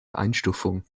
einstufung